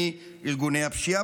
מארגוני הפשיעה.